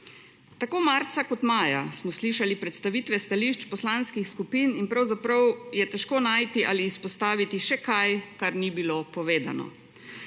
Tako marca, kot maja, smo slišali predstavitve stališč poslanskih skupin in pravzaprav je težko najti ali izpostaviti še kaj, kar ni bilo povedano.